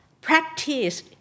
practice